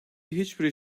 hiçbir